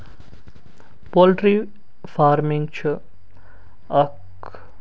poultry farming چھُ اکھ